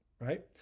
right